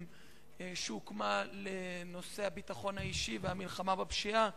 שהוקמה לנושא הביטחון האישי והמלחמה בפשיעה,